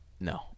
no